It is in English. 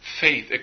faith